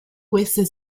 queste